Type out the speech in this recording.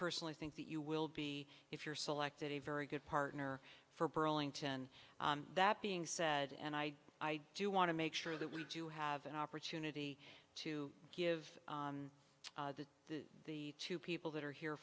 personally think that you will be if you're selected a very good partner for burlington that being said and i i do want to make sure that we do have an opportunity to give the the two people that are here